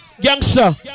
youngster